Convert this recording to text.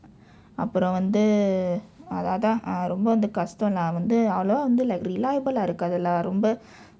அப்புறம் வந்து அதான் ரொம்ப வந்து கஷ்டம்:appuram vandthu athaan rompa vandthu kashdam lah வந்து அவ்வளவு வந்து:vandthu avvalavu vandthu reliable ah இருக்காது:irukkaathu lah ரொம்ப:rompa